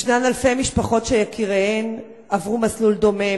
ישנן אלפי משפחות שיקיריהן עברו מסלול דומה.